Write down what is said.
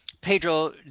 Pedro